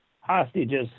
hostages